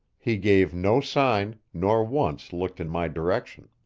he gave no sign, nor once looked in my direction.